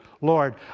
Lord